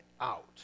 out